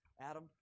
Adam